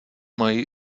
mají